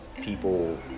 people